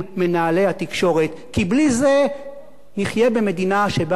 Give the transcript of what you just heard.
כי בלי זה נחיה במדינה שבה ממשלה מפילה עיתונים,